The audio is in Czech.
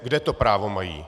Kde to právo mají?